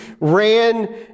ran